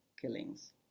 killings